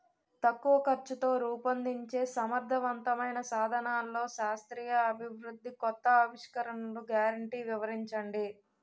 తక్కువ ఖర్చుతో రూపొందించే సమర్థవంతమైన సాధనాల్లో శాస్త్రీయ అభివృద్ధి కొత్త ఆవిష్కరణలు గ్యారంటీ వివరించండి?